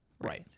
Right